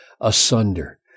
asunder